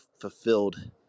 fulfilled